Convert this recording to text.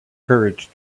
courage